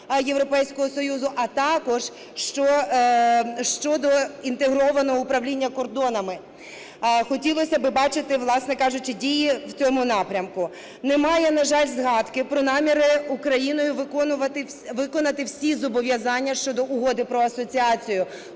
Європейського Союзу, а також щодо інтегрованого управління кордонами. Хотілося б бачити, власне кажучи, дії в цьому напрямку. Немає, на жаль, згадки про наміри Україною виконати всі зобов'язання щодо Угоди про асоціацію.